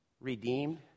Redeemed